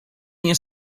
nie